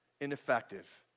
ineffective